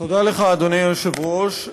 תודה לך, אדוני היושב-ראש.